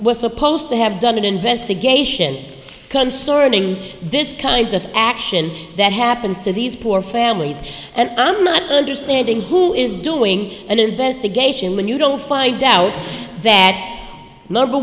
was supposed to have done an investigation concerning this kind of action that happens to these poor families and i'm not understanding who is doing an investigation when you don't fly doubt that number